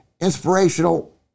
inspirational